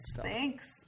Thanks